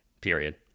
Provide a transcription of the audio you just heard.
period